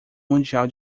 mundial